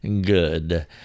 good